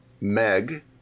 Meg